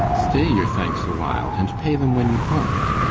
stay your thanks a while, and pay them when you part.